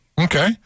Okay